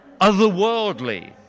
otherworldly